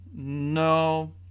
No